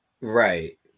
Right